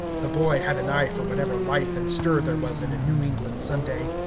the boy had an eye for whatever life and stir there was in a new england sunday.